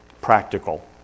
practical